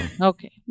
Okay